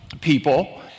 people